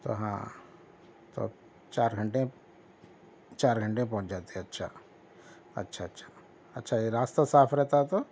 ہاں تب چار گھنٹے چار گھنٹے میں پہنچ جاتے اچھا اچھا اچھا اچھا یہ راستہ صاف رہتا تو